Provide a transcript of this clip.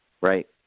right